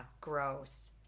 gross